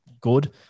good